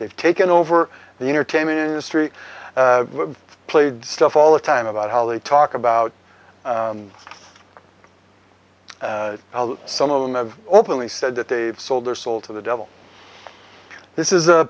they've taken over the entertainment industry played stuff all the time about how they talk about some of them of openly said that they've sold their soul to the devil this is a